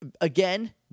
again